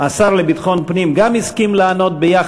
השר לביטחון פנים, אני